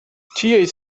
tia